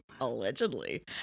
Allegedly